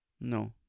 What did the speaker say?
No